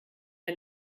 der